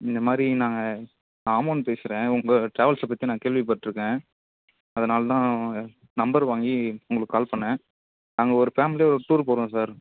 இந்த மாதிரி நாங்கள் நான் ஆமூன் பேசுகிறேன் உங்கள் ட்ராவல்ஸ் பற்றி நான் கேள்விப்பட்டுருக்கேன் அதனால் தான் நம்பர் வாங்கி உங்களுக்கு கால் பண்ணேன் நாங்கள் ஒரு ஃபேம்லியாக ஒரு டூர் போகிறோம் சார்